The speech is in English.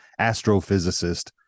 Astrophysicist